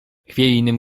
chwiejnym